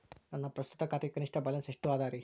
ನನ್ನ ಪ್ರಸ್ತುತ ಖಾತೆಗೆ ಕನಿಷ್ಠ ಬ್ಯಾಲೆನ್ಸ್ ಎಷ್ಟು ಅದರಿ?